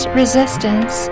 resistance